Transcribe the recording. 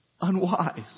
unwise